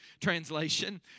Translation